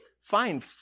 fine